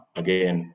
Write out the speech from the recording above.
again